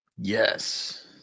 yes